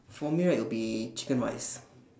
for me right it'll be chicken rice